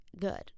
good